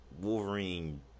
Wolverine